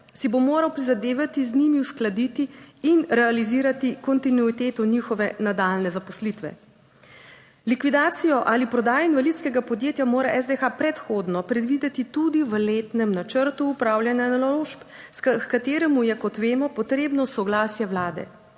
si bo moral prizadevati z njimi uskladiti in realizirati kontinuiteto njihove nadaljnje zaposlitve. Likvidacijo ali prodajo invalidskega podjetja mora SDH predhodno predvideti tudi v letnem načrtu upravljanja naložb, h kateremu je, kot vemo, potrebno soglasje Vlade.